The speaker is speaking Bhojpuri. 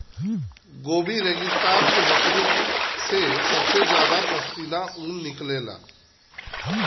गोबी रेगिस्तान के बकरिन से सबसे जादा पश्मीना ऊन निकलला